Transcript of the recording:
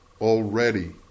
already